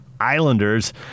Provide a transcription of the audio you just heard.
Islanders